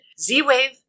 Z-Wave